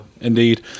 indeed